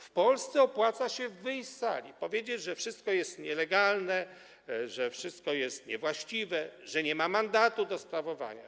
W Polsce opłaca się wyjść z sali, powiedzieć, że wszystko jest nielegalne, że wszystko jest niewłaściwe, że nie ma mandatu do sprawowania.